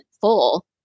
full